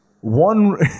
one